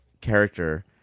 character